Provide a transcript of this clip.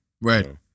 Right